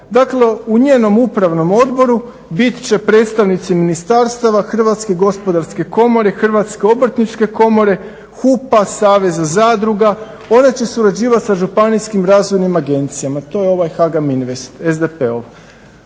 Dakle u njenom upravnom odboru bit će predstavnici ministarstava, Hrvatske gospodarske komore, Hrvatske obrtničke komore, HUP-a, Saveza zadruga one će surađivati sa županijskim razvojnim agencijama to je ovaj HAGAM Invest SDP-ov.